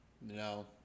No